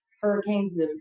hurricanes